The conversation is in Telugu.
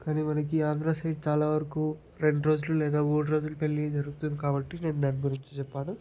కానీ మనకి ఆంధ్ర సైడ్ చాలా వరకు రెండు రోజులు లేదా మూడు రోజుల పెళ్ళి జరుగుతుంది కాబట్టి దాని గురించి చెప్పాను